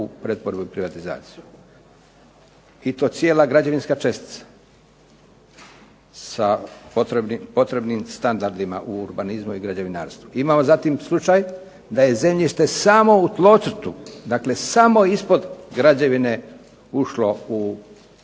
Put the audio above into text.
u pretvorbu i privatizaciju i to cijela građevinska čestica sa potrebnim standardima u urbanizmu i građevinarstvu. Imamo zatim slučaj da je zemljište samo u tlocrtu, dakle samo ispod građevine ušlo u